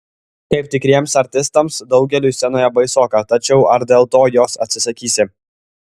kaip tikriems artistams daugeliui scenoje baisoka tačiau ar dėl to jos atsisakysi